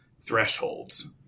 thresholds